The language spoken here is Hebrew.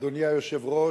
אדוני היושב-ראש,